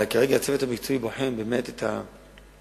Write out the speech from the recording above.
כרגע הצוות המקצועי בוחן באמת את הכדאיות.